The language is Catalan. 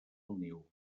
niu